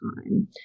time